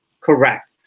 Correct